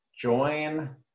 join